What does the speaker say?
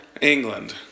England